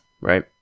Right